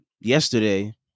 yesterday